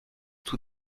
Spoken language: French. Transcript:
tout